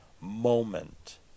moment